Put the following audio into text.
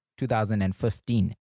2015